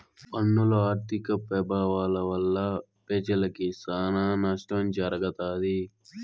పన్నుల ఆర్థిక పెభావాల వల్ల పెజలకి సానా నష్టం జరగతాది